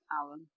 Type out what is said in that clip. Alan